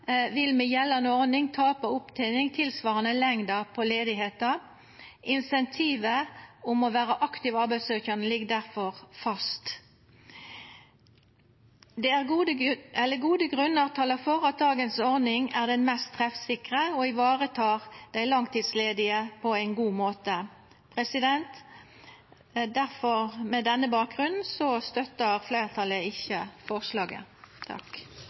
vil med gjeldande ordning tapa opptening tilsvarande lengda på ledigheita. Insentivet om å vera aktiv arbeidssøkjande ligg difor fast. Gode grunnar talar for at dagens ordning er den mest treffsikre og varetek langtidsledige på ein god måte. Med denne bakgrunnen støtter ikkje fleirtalet forslaget.